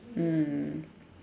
mm